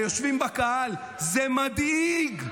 היושבים בקהל, זה מדאיג.